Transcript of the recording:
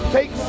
Take